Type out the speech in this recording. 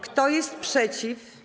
Kto jest przeciw?